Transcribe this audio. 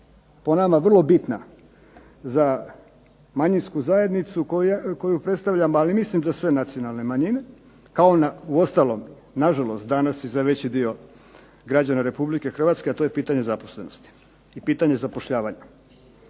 po nama vrlo bitna za manjinsku zajednicu koju predstavljam, ali mislim da sve nacionalne manjine, kao uostalom na žalost danas i za veći dio građana Republike Hrvatske, a to je pitanje zaposlenosti i pitanje zapošljavanja.